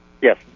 Yes